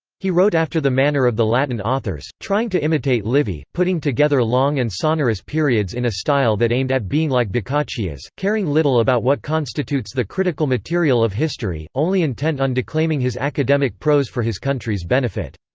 he wrote after the manner of the latin authors, trying to imitate livy, putting together long and sonorous periods in a style that aimed at being like boccaccio's, caring little about what constitutes the critical material of history, only intent on declaiming his academic prose for his country's benefit.